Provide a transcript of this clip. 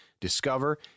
discover